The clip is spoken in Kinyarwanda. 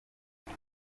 hari